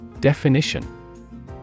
Definition